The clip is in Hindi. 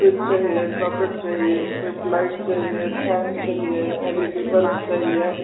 स्विच चाहिए सॉकेट चाहिए टूयूबलाइट चाहिए फैन चाहिए एल इ डी बल्ब चाहिए